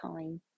time